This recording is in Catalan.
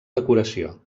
decoració